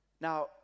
Now